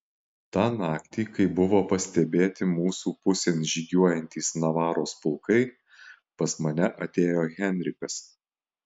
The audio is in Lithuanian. tą naktį kai buvo pastebėti mūsų pusėn žygiuojantys navaros pulkai pas mane atėjo henrikas